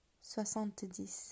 Soixante-dix